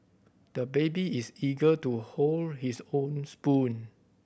the baby is eager to hold his own spoon